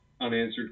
unanswered